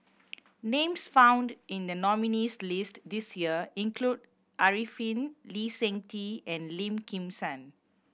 names found in the nominees' list this year include Arifin Lee Seng Tee and Lim Kim San